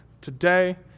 today